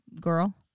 girl